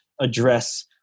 address